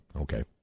Okay